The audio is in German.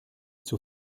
zur